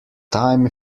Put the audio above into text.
time